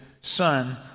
son